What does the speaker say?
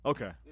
Okay